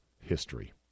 history